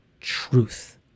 truth